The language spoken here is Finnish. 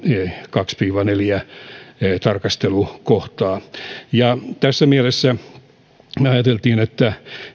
kahta viiva neljää tarkastelukohtaa tässä mielessä me ajattelimme että